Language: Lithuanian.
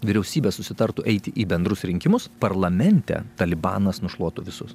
vyriausybe susitartų eiti į bendrus rinkimus parlamente talibanas nušluotų visus